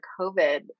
COVID